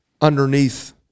underneath